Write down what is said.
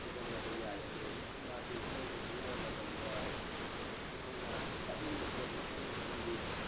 ꯁꯤꯖꯤꯟꯅꯕ ꯌꯥꯏ ꯑꯗꯣ ꯃꯥꯁꯤ ꯃꯣꯏꯁꯤ ꯁꯤꯖꯤꯟꯅꯔ ꯃꯇꯝꯗ ꯑꯩꯈꯣꯏꯅ ꯀꯛꯅꯤꯡꯕ ꯄꯣꯠ ꯃꯈꯜ ꯃꯈꯜꯒꯤ